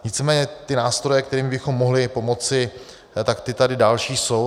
Nicméně ty nástroje, kterými bychom mohli pomoci, ty tady další jsou.